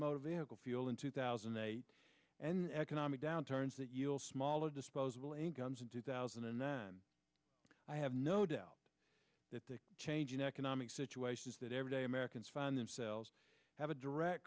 motor vehicle fuel in two thousand and eight an economic downturns that you'll smaller disposable incomes in two thousand and nine i have no doubt that the changing economic situations that everyday americans find themselves have a direct